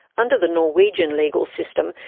under the norwegian legal system,